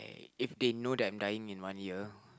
if they know that I'm dying in one year